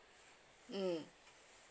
mm